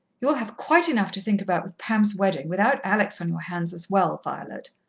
you'll have quite enough to think about with pam's wedding, without alex on your hands as well. violet,